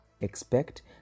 expect